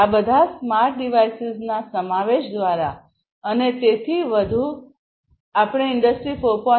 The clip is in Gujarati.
આ બધા સ્માર્ટ ડિવાઇસીસના સમાવેશ દ્વારા અને તેથી વધુ દ્વારા આપણે ઇન્ડસ્ટ્રી 4